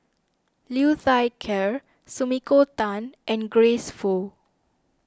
Liu Thai Ker Sumiko Tan and Grace Fu